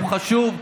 הוא חשוב.